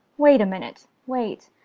wait a minute, wait.